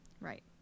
Right